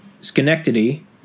Schenectady